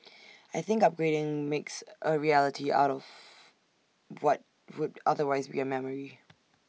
I think upgrading makes A reality out of what would otherwise be A memory